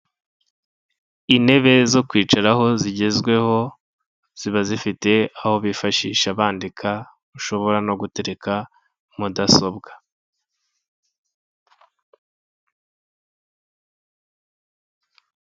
Intebe zo kwicaraho zigezweho ziba zifite aho bifashisha bandika ushobora no gutereka mudasobwa.